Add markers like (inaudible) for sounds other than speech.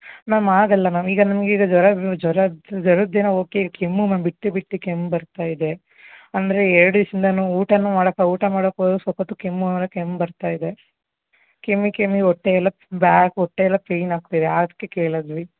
ma'am ಆಗಲ್ಲ ma'am ಈಗ ನನ್ಗೆ ಈಗ ಜ್ವರ ಜ್ವರ ಜ್ವರದ್ದೇನೊ ಓಕೆ ಕೆಮ್ಮು ಮ್ಯಾಮ್ ಬಿಟ್ಟು ಬಿಟ್ಟು ಕೆಮ್ಮು ಬರ್ತಾಯಿದೆ ಅಂದರೆ ಎರಡು ದಿವಸದಿಂದನು ಊಟನೂ ಮಾಡಕ್ಕೆ ಊಟ ಮಾಡಕ್ಕೆ ಹೋದರು ಸ್ವಲ್ಪ ಹೊತ್ತು ಕೆಮ್ಮು (unintelligible) ಕೆಮ್ಮು ಬರ್ತಾಯಿದೆ ಕೆಮ್ಮಿ ಕೆಮ್ಮಿ ಹೊಟ್ಟೆಯೆಲ್ಲ ಬ್ಯಾ ಹೊಟ್ಟೆಯೆಲ್ಲ ಪೇಯ್ನ್ ಆಗ್ತಾಯಿದೆ ಅದ್ಕೆ ಕೇಳಿದ್ವಿ